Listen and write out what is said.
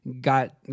got